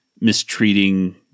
mistreating